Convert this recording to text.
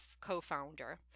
co-founder